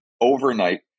overnight